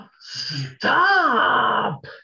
stop